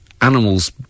animals